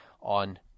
on